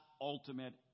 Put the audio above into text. ultimate